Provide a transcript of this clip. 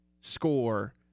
score